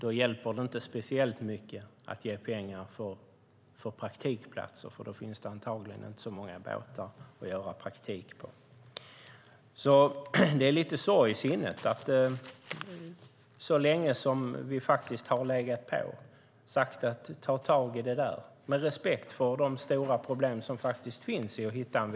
Då hjälper det inte speciellt mycket att ge pengar för praktikplatser, för då finns det antagligen inte så många båtar att göra praktik på. Det är med lite sorg i sinnet jag konstaterar att det först nu händer någonting när en så stor del av vår näring faktiskt redan har försvunnit ur landet.